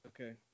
Okay